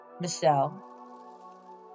Michelle